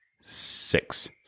six